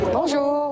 Bonjour